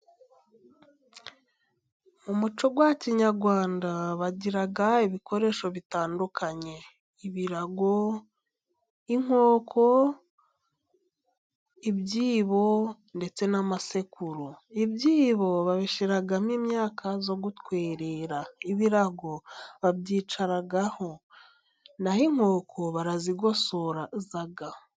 Mu muco wa kinyarwanda bagira ibikoresho bitandukanye ibirago, inkoko, ibyibo, ndetse n'amasekuro. Ibyibo babishyiramo imyaka yo gutwerera ,ibirago babyicaraho , n'aho inkoko barazigosoza.